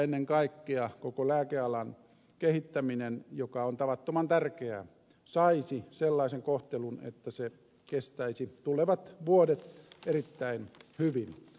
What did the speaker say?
ennen kaikkea koko lääkealan kehittäminen joka on tavattoman tärkeää saisi sellaisen kohtelun että se kestäisi tulevat vuodet erittäin hyvin